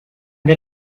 der